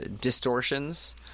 distortions